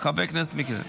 חבר הכנסת מיקי לוי.